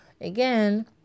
Again